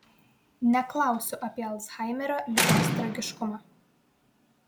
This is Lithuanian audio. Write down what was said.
neklausiu apie alzhaimerio ligos tragiškumą